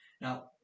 Now